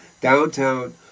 downtown